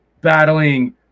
battling